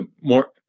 more